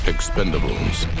Expendables